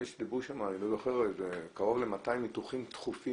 נדמה לי שדיברו שם על קרוב ל-200 ניתוחים דחופים